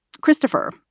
Christopher